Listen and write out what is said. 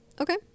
Okay